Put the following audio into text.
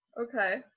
Okay